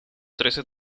trece